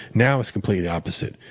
now, it's completely the opposite.